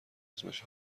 اسمش